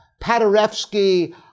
Paderewski